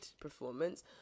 performance